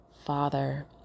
father